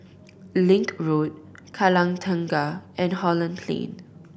Link Road Kallang Tengah and Holland Plain